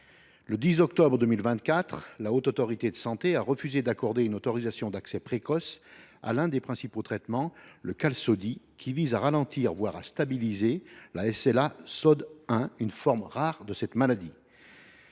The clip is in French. Le 10 octobre 2024, la Haute Autorité de santé (HAS) a refusé d’accorder une autorisation d’accès précoce à l’un des principaux traitements, le Qalsody, qui vise à ralentir, voire à stabiliser la SLA SOD1, une forme rare de cette maladie.